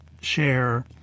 share